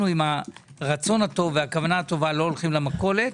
עם אלה לא הולכים למכולת.